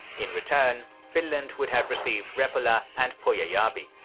in return, finland would have received repola and porajarvi.